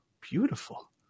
beautiful